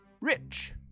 rich